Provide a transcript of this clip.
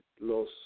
Los